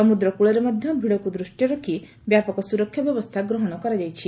ସମୁଦ୍ର କୁଳରେ ମଧ୍ଧ ଭିଡ଼କୁ ଦୃଷ୍ଟିରେ ରଖି ବ୍ୟାପକ ସୁରକ୍ଷା ବ୍ୟବସ୍ରା ଗ୍ରହଶ କରାଯାଇଛି